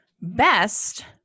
best